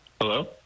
Hello